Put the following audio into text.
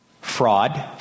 fraud